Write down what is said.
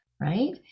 right